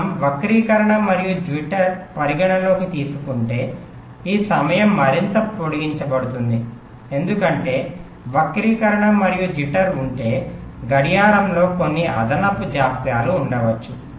మనం వక్రీకరణ మరియు జిట్టర్skew jitter పరిగణనలోకి తీసుకుంటే ఈ సమయం మరింత పొడిగించబడుతుంది ఎందుకంటే వక్రీకరణ మరియు జిట్టర్ ఉంటే గడియారంలో కొన్ని అదనపు జాప్యాలు ఉండవచ్చు